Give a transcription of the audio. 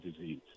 disease